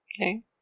Okay